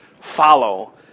follow